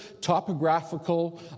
topographical